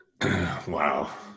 Wow